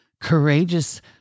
courageous